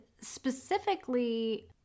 specifically